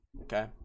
okay